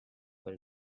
para